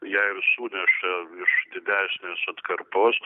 ją ir suneša iš didesnės atkarpos